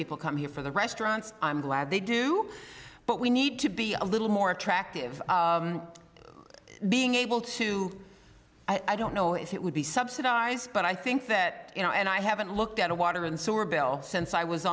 people come here for the restaurants i'm glad they do but we need to be a little more attractive being able to i don't know if it would be subsidized but i think that you know and i haven't looked at a water and sewer bill since i was